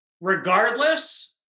regardless